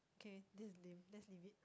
okay this is lame let's leave it